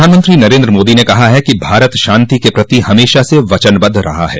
प्रधानमंत्री नरेन्द्र मोदी ने कहा है कि भारत शांति के प्रति हमेशा से वचनबद्ध रहा है